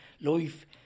life